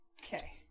Okay